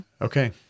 okay